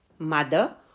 Mother